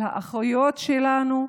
על האחיות שלנו,